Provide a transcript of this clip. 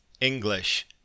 English